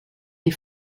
les